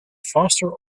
faster